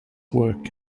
works